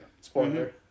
spoiler